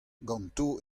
ganto